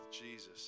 jesus